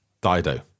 Dido